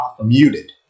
muted